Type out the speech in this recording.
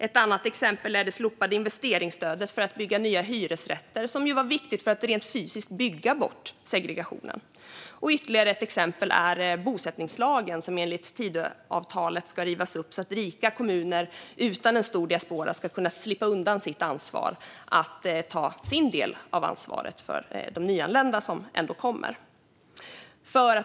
Ett annat exempel är det slopade investeringsstödet för att bygga nya hyresrätter, som ju var viktigt för att rent fysiskt bygga bort segregationen. Ytterligare ett exempel är bosättningslagen, som enligt Tidöavtalet ska rivas upp så att rika kommuner utan en stor diaspora ska kunna slippa undan sin del av ansvaret för de nyanlända som ändå kommer.